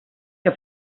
que